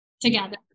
together